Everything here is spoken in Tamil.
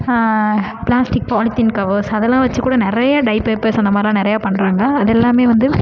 பிளாஸ்டிக் பாலித்தீன் கவர்ஸ் அதெல்லாம் வச்சு கூட நிறைய டை பேப்பர்ஸ் அந்தமாதிரிலாம் நிறைய பண்ணறாங்க அதெல்லாமே வந்து